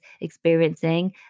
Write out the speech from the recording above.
experiencing